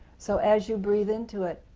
so as you breathe into it,